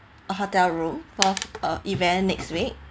a hotel room for a event next week